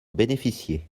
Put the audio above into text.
bénéficier